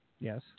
Yes